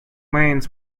mains